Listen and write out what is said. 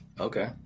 Okay